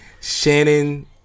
Shannon